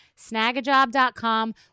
Snagajob.com